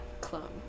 clone